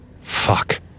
Fuck